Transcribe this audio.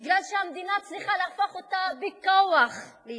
כי המדינה צריכה להפוך אותה בכוח ליהודית.